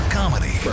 comedy